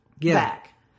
back